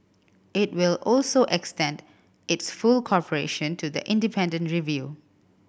it will also extend its full cooperation to the independent review